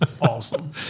awesome